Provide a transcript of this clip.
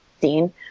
Dean